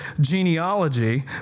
genealogy